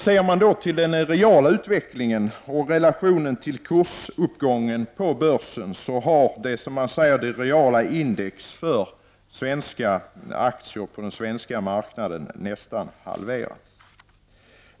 Ser man till den reala utvecklingen och relationen till kursuppgången på börsen, har det reala indexet för svenska aktier på den svenska marknaden nästan halverats.